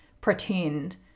pretend